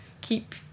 keep